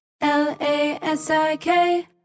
L-A-S-I-K